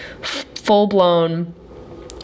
full-blown